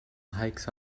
hikes